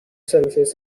services